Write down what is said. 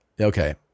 Okay